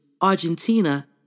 Argentina